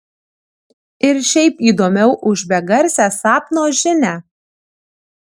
ir šiaip įdomiau už begarsę sapno žinią